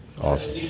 Awesome